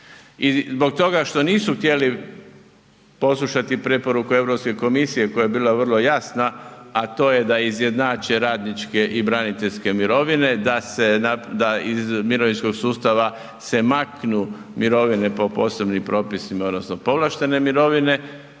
zbog toga što nisu htjeli poslušati preporuku Europske komisije koja je bila vrlo jasna, a to je da izjednače radniče i braniteljske mirovine, da se iz mirovinskog sustava se maknu mirovine po posebnim propisima odnosno povlaštene mirovine,